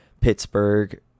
Pittsburgh